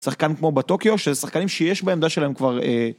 שחקן כמו בתוקיו, שזה שחקנים שיש בעמדה שלהם כבר.